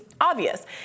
obvious